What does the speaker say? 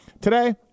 Today